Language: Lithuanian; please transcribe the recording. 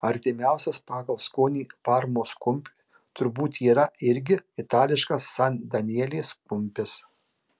artimiausias pagal skonį parmos kumpiui turbūt yra irgi itališkas san danielės kumpis